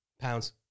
Pounds